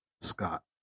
Scott